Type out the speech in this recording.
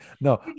no